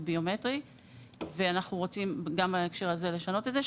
ביומטרי ואנחנו רוצים בהקשר הזה לשנות את זה,